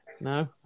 No